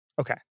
Okay